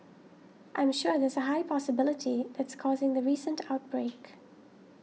I'm sure there's a high possibility that's causing the recent outbreak